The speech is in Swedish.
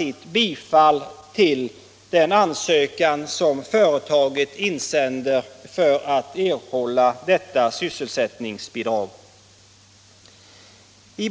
I